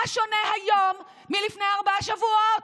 מה שונה היום מלפני ארבעה שבועות,